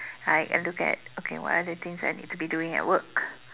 I look at okay what other things I need to be doing at work